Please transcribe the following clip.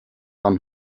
man